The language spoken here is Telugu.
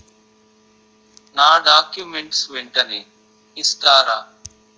నా డాక్యుమెంట్స్ వెంటనే ఇస్తారా?